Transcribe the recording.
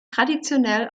traditionell